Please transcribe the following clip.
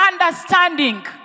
understanding